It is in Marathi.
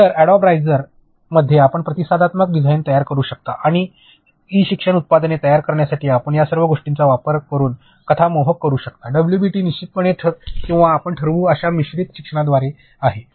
तर अॅडोब राइझमध्ये आपण प्रतिसादात्मक डिझाइन तयार करू शकता आणि ई शिक्षण उत्पादने तयार करण्यासाठी आपण या सर्व गोष्टींचा वापर करुन कथा मोहक करू शकता डब्ल्यूबीटी निश्चितपणे किंवा आपण ठरवू शकतील अशा मिश्रित शिक्षणाद्वारे आहे